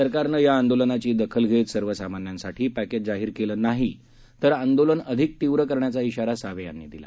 सरकारनं या आंदोलनाची दखल घेत सर्वसामान्यांसाठी पक्क्ज जाहीर केलं नाही तर आंदोलन अधिक तीव्र करण्याचा शिरा सावे यांनी दिला